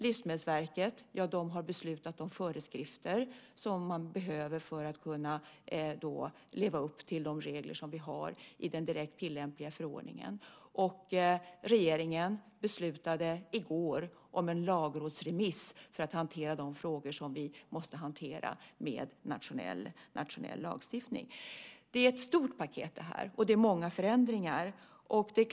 Livsmedelsverket har beslutat om föreskrifter som behövs för att leva upp till de regler som finns i den direkt tillämpliga förordningen. Regeringen beslutade i går om en lagrådsremiss för att utreda de frågor som måste hanteras med nationell lagstiftning. Det är ett stort paket, och det är många förändringar.